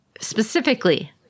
specifically